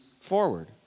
forward